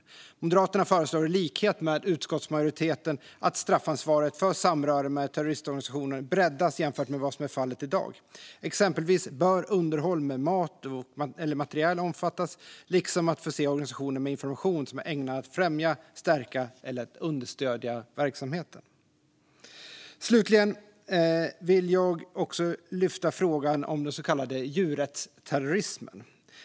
Moderaterna föreslår i likhet med utskottsmajoriteten att straffansvaret för samröre med terroristorganisation breddas jämfört med vad som är fallet i dag. Exempelvis bör underhåll med mat eller materiel omfattas liksom att förse organisationen med information som är ägnad att främja, stärka eller understödja verksamheten. Slutligen vill jag också lyfta frågan om så kallad djurrättsterrorism.